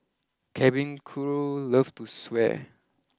cabin crew love to swear